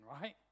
right